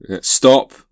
Stop